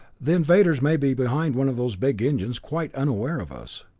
the invaders may be behind one of those big engines, quite unaware of us.